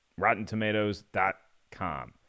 rottentomatoes.com